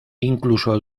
incluso